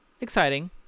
exciting